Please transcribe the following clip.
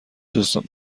داستانش